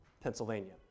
Pennsylvania